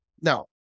Now